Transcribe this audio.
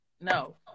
No